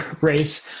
race